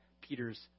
Peter's